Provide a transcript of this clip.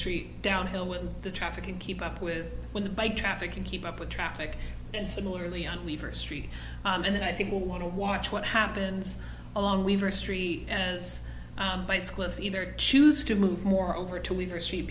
street downhill with the traffic and keep up with when the bike traffic can keep up with traffic and similarly on lever street and i think will want to watch what happens along weaver street as bicyclists either choose to move more over to leave or s